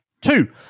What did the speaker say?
two